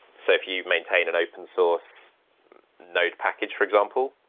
so if you maintain an open source node package, for example,